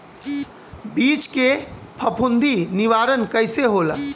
बीज के फफूंदी निवारण कईसे होला?